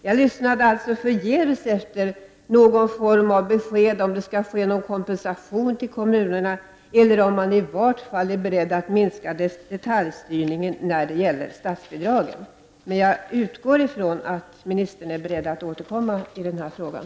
Jag lyssnade alltså förgäves efter någon form av besked om det skall ske någon kompensation till kommunerna eller om man i varje fall är beredd att minska detaljstyrningen när det gäller statsbidragen. Jag utgår ifrån att ministern är beredd att återkomma i den frågan.